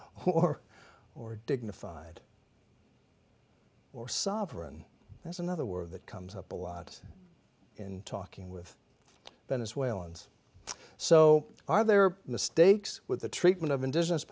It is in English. who or or dignified or sovereign that's another word that comes up a lot in talking with venezuelans so are there mistakes with the treatment of indigenous